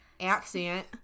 accent